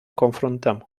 confruntăm